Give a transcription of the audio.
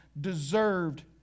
deserved